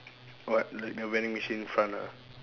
what like the vending machine in front ah